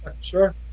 Sure